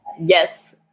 Yes